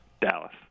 Dallas